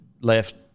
left